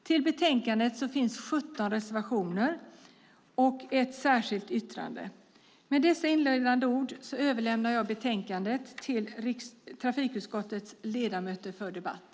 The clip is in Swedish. Till betänkandet finns 17 reservationer och ett särskilt yttrande. Med dessa inledande ord överlämnar jag betänkandet till trafikutskottets ledamöter för debatt.